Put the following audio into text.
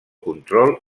control